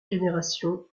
génération